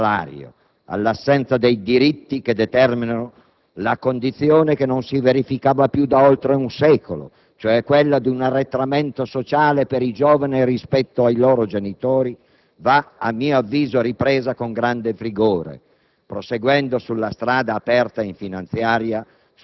La lotta alla piaga della precarietà, al sottosalario, all'assenza dei diritti che determinano la condizione che non si verificava più da oltre un secolo, cioè quella di un arretramento sociale per i giovani rispetto ai loro genitori, va a mio avviso ripresa con grande rigore,